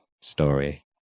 story